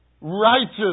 Righteous